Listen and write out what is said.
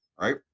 right